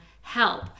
help